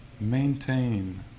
maintain